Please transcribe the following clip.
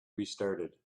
restarted